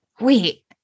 Wait